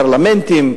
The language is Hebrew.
פרלמנטים,